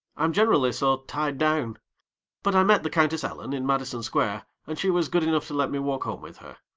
i'm generally so tied down but i met the countess ellen in madison square, and she was good enough to let me walk home with her.